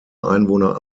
einwohner